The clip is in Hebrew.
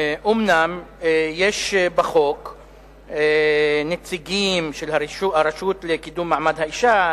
אומנם יש בחוק נציגים של הרשות לקידום מעמד האשה,